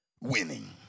winning